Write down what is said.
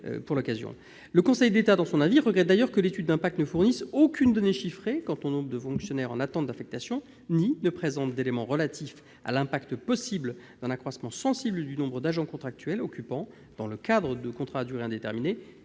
le Conseil d'État regrette d'ailleurs que l'étude d'impact « ne fournisse aucune donnée chiffrée quant au nombre de fonctionnaires en attente d'affectation ni ne présente d'éléments relatifs à l'impact possible d'un accroissement sensible du nombre d'agents contractuels occupant, dans le cadre de contrats à durée indéterminée,